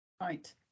Right